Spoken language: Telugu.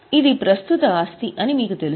ఇది ప్రస్తుత ఆస్తి అని మీకు తెలుసు